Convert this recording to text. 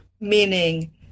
Meaning